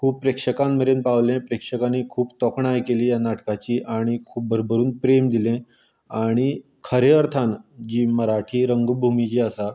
खूब प्रेक्षकां मेरेन पावलें प्रेक्षकांनी खूब तोखणाय केली ह्या नाटकाची आनी खूब भरभरून प्रेम दिलें आनी खरें अर्थान जी मराठी रंग भुमी जी आसा ती